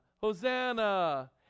Hosanna